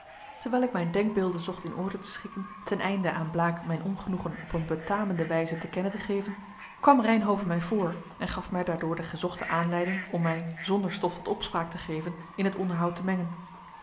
terwijl ik mijn denkbeelden zocht in orde te schikken ten einde aan blaek mijn ongenoegen op een betamende wijze te kennen te geven kwam reynhove mij voor en gaf mij daardoor de gezochte aanleiding om mij zonder stof tot opspraak te geven in het onderhoud te mengen